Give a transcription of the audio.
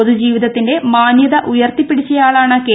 പൊതു ജീവിതത്തിന്റെ മാന്യത ഉയർത്തിപ്പിടിച്ചയാളാണ് കെ